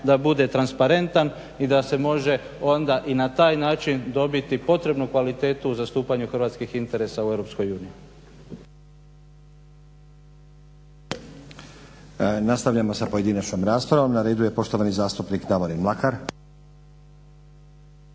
da bude transparentan i da se može onda i na taj način dobiti potrebnu kvalitetu u zastupanju hrvatskih interesa u EU.